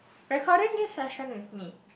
recording this session with me